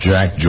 Jack